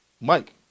Mike